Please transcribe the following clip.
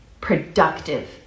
productive